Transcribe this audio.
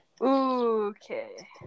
Okay